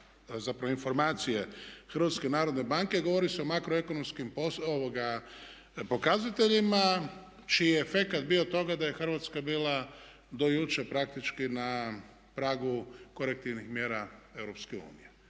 zapravo informacije HNB-a govori se o makroekonomskim pokazateljima čiji je efekat bio toga da je Hrvatska bila do jučer praktički na pragu korektivnih mjera EU i